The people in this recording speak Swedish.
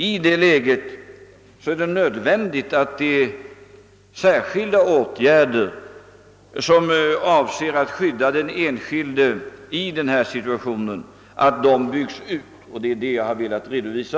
I ett sådant läge är det nödvändigt att de särskilda åtgärder som avser att skydda den enskilde byggs ut, och det är detta jag har velat redovisa.